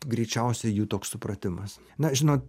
greičiausia jų toks supratimas na žinot